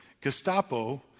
Gestapo